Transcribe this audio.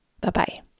Bye-bye